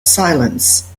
silence